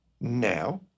now